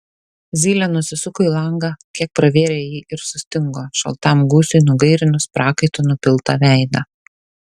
zylė nusisuko į langą kiek pravėrė jį ir sustingo šaltam gūsiui nugairinus prakaito nupiltą veidą